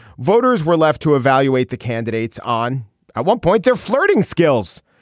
voters were left to evaluate the candidates on one point their flirting skills.